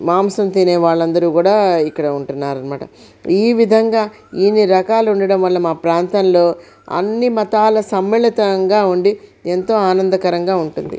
మాంసం తినే వాళ్ళందరూ కూడా ఇక్కడే ఉంటున్నారు అన్నమాట ఈ విధంగా ఇన్నిరకాలు ఉండడం వల్ల మా ప్రాంతంలో అన్ని మతాల సమ్మెలతంగా ఉండి ఎంతో ఆనందకరంగా ఉంటుంది